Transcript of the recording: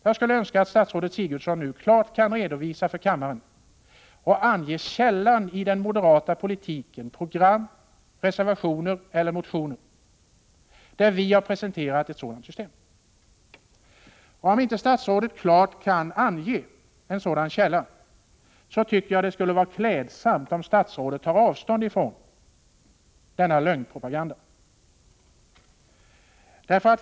Jag skulle önska att statsrådet Sigurdsen klart redovisar detta för kammaren och att hon anger källan till beskrivningen av den moderata politiken och pekar på program, motioner eller reservationer där vi har presenterat ett sådant system. Om inte statsrådet klart kan ange en sådan källa, tycker jag det skulle vara klädsamt om statsrådet tog avstånd ifrån denna lögnpropaganda.